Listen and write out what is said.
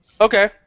Okay